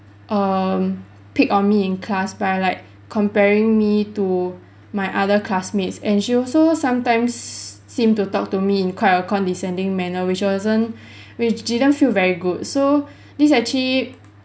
um pick on me in class by like comparing me to my other classmates and she also sometimes seem to talk to me in quite a condescending manner which wasn't which didn't feel very good so this actually